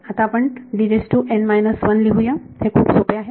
आता आपण लिहूया हे खूप सोपे आहे